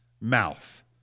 mouth